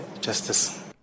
justice